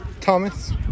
Thomas